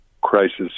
crisis